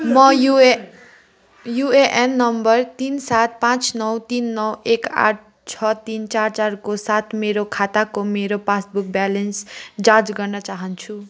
म U A UAN number तिन सात पाँच नौ तिन नौ एक आठ छ तिन चार चारको साथ मेरो खाताको मेरो पासबुक ब्यालेन्स जाँच गर्न चाहन्छु